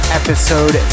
episode